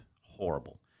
Horrible